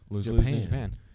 Japan